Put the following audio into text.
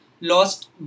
lost